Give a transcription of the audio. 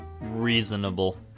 Reasonable